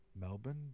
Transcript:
Melbourne